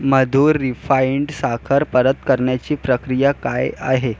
मधुर refined साखर परत करण्याची प्रक्रिया काय आहे